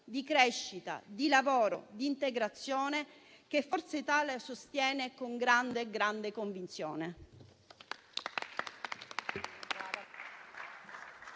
di crescita, di lavoro, di integrazione che Forza Italia sostiene con grande, grande convinzione.